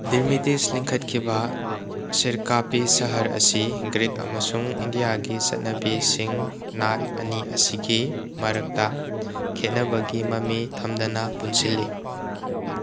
Demetrius ꯂꯤꯡꯈꯠꯈꯤꯕ ꯁꯤꯔꯀꯥꯄꯤ ꯁꯍꯔ ꯑꯁꯤ ꯒ꯭ꯔꯤꯛ ꯑꯃꯁꯨꯡ ꯏꯟꯗꯤꯌꯥꯒꯤ ꯆꯠꯅꯕꯤꯁꯤꯡ ꯅꯥꯠ ꯑꯅꯤ ꯑꯁꯤꯒꯤ ꯃꯔꯛꯇ ꯈꯦꯅꯕꯒꯤ ꯃꯃꯤ ꯊꯝꯗꯅ ꯄꯨꯟꯁꯤꯜꯂꯤ